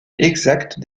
exactes